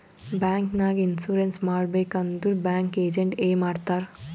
bank ನಾಗ್ insurance ಮಾಡಬೇಕ್ ಅಂದುರ್ ಬ್ಯಾಂಕ್ ಏಜೆಂಟ್ ಎ ಮಾಡ್ತಾರ್